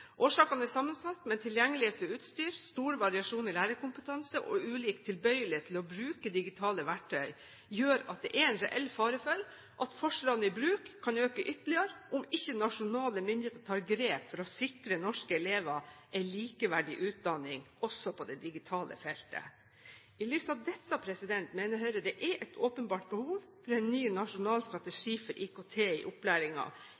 Årsakene er sammensatte, men tilgjengelighet til utstyr, stor variasjon i lærerkompetanse og ulik tilbøyelighet til å bruke digitale verktøy, gjør at det er en reell fare for at forskjellene i bruken kan øke ytterligere om ikke nasjonale myndigheter tar grep for å sikre norske elever en likeverdig utdanning også på det digitale feltet. I lys av dette mener Høyre det er et åpenbart behov for en ny nasjonal